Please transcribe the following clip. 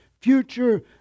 future